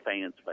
fan's